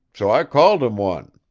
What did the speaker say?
so i called him one.